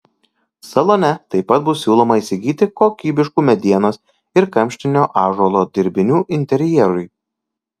salone taip pat bus siūloma įsigyti kokybiškų medienos ir kamštinio ąžuolo dirbinių interjerui